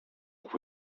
who